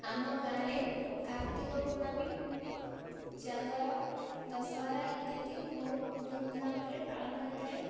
ଆମ ଗାଁରେ କାର୍ତ୍ତିକ ପୂର୍ଣ୍ଣମୀ ଜାଗର ଦଶହରା ଇତ୍ୟାଦି ବହୁତ ଧୁମଧାମରେ ପାଳନ ହୋଇଥାଏ